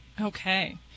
Okay